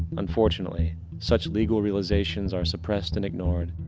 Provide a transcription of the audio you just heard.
unfortunately such legal realizations are suppressed and ignored.